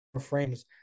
frames